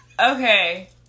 Okay